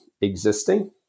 existing